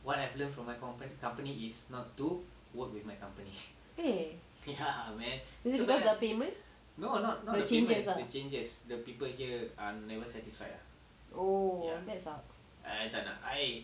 eh is it because of the the payment the changes oh that sucks